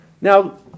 Now